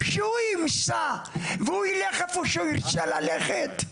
שהוא ימצא והוא ילך לאיפה שהוא רוצה ללכת,